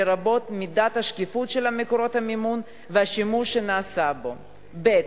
לרבות מידת השקיפות של מקורות המימון והשימוש שנעשה בו,